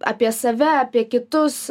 apie save apie kitus